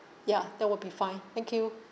ya that will be fine thank you